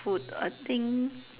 food I think